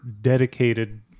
dedicated